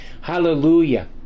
Hallelujah